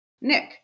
Nick